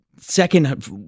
second